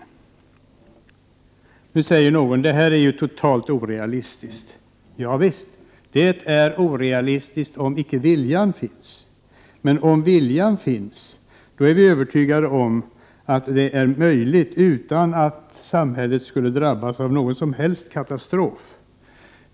Nu säger någon: Detta är totalt orealistiskt! Javisst, det är orealistiskt om inte viljan finns. Men om viljan finns är vi övertygade om att det är möjligt utan att samhället skulle drabbas av någon som helst katastrof.